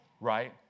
Right